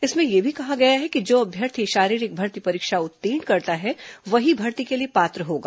इसमें यह भी कहा गया है कि जो अभ्यर्थी शारीरिक भर्ती परीक्षा उत्तीर्ण करता है वहीं भर्ती के लिए पात्र होगा